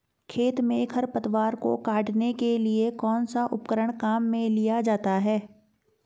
खेत में खरपतवार को काटने के लिए कौनसा उपकरण काम में लिया जाता है?